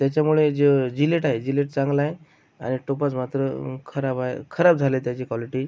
त्याच्यामुळे जर जिलेट आहे जिलेट चांगला आहे आणि टोपाज मात्र खराब आहे खराब झालं आहे त्याची कॉलिटी